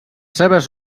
seves